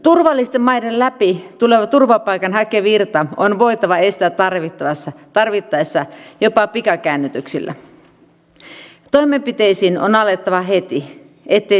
samalla herää huolestunut kysymys mikä on sipilän hallituksen muun lainvalmistelun taso kun kahden erittäin kiistanalaisen lakihankkeen valmistelu on ollut näin heikkotasoista